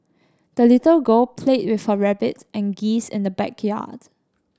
the little girl played with her rabbits and geese in the backyards